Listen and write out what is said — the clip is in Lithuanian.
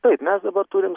taip mes dabar turim